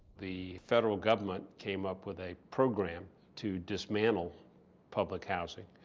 the federal government came up with a program to dismantle public housing